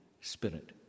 spirit